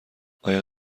آیا